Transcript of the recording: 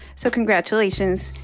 so congratulations.